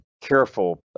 careful